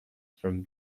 from